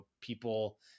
people